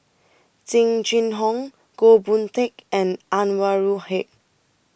Jing Jun Hong Goh Boon Teck and Anwarul Haque